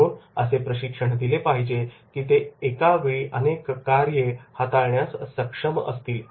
म्हणून असे प्रशिक्षण दिले पाहिजेकी ते एकावेळी अनेक कार्ये हाताळण्यास सक्षम असतील